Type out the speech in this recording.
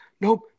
nope